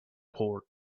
port